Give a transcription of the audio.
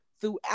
throughout